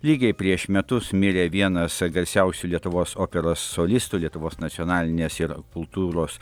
lygiai prieš metus mirė vienas garsiausių lietuvos operos solistų lietuvos nacionalinės ir kultūros